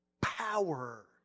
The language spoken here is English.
power